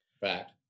Fact